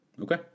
Okay